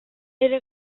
ere